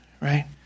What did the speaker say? right